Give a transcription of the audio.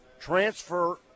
transfer